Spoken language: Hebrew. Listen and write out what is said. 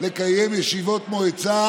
לקיים ישיבות מועצה